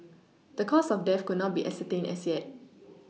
the cause of death could not be ascertained as yet